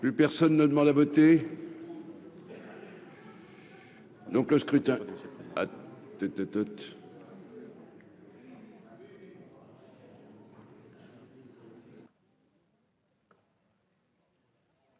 Plus personne ne demande à voter. Donc, le scrutin